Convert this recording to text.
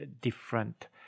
different